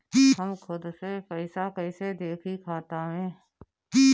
हम खुद से पइसा कईसे देखी खाता में?